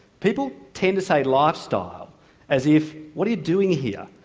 people tend to say lifestyle as if, what are you doing here?